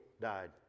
died